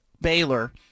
Baylor